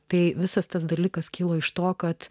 tai visas tas dalykas kilo iš to kad